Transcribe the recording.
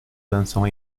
dançam